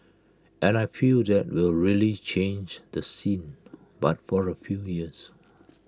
and I feel that will really change the scene but for A few years